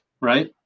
right